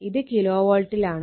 ഇത് കിലോവോൾട്ടിലാണ്